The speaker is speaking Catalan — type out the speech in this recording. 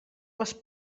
les